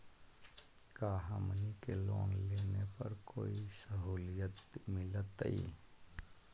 का हमनी के लोन लेने पर कोई साहुलियत मिलतइ?